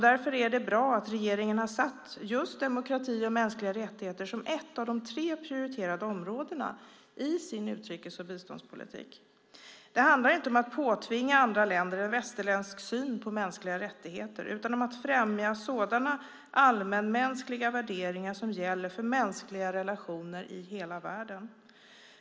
Därför är det bra att regeringen har satt upp just demokrati och mänskliga rättigheter som ett av de tre prioriterade områdena i sin utrikes och biståndspolitik. Det handlar inte om att påtvinga andra länder en västerländsk syn på mänskliga rättigheter utan om att främja sådana allmänmänskliga värderingar som gäller för mänskliga relationer i hela världen.